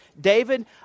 David